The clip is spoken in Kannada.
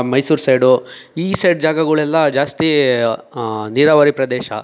ಮೈಸೂರು ಸೈಡು ಈ ಸೈಡ್ ಜಾಗಗಳೆಲ್ಲ ಜಾಸ್ತಿ ನೀರಾವರಿ ಪ್ರದೇಶ